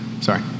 sorry